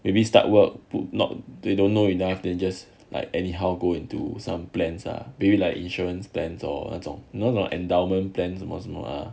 maybe start work pu~ not they don't know enough then just like anyhow go into some plans are maybe like insurance plans or 那种那种 endowment plans most mah